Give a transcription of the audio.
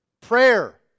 Prayer